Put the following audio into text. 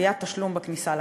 גביית תשלום בכניסה לחוף.